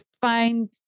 find